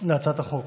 על הצעת החוק.